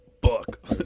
book